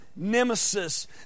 nemesis